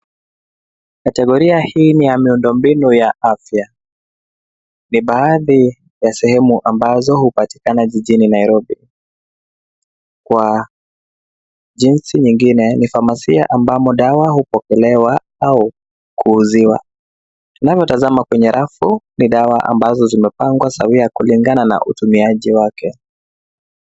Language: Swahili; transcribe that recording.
Kategoria hii ni ya miundo mbinu ya afya. Ni baadhi ya sehemu ambazo hupatikana jijini Nairobi. Kwa jinsi nyingine ni famasia ambamo dawa hupokelewa au kuuziwa. Unavyotazama kwenye rafu ni dawa ambazo zimepangwa sawia kulingana na utumiaji wake.